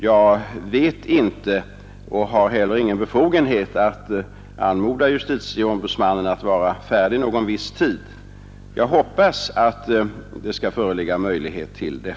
Jag vet inte när justitieombudsmannen blir färdig, och jag har heller ingen befogenhet att anmoda honom att vara färdig vid en viss tid. Jag hoppas emellertid att det skall bli möjligt.